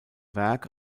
werk